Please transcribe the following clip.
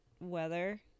weather